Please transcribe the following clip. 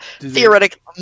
theoretic